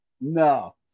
No